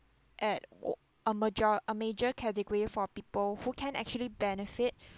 at a major a major category for people who can actually benefit